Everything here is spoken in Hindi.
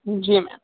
जी मैम